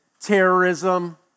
terrorism